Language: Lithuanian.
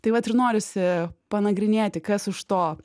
tai vat ir norisi panagrinėti kas už to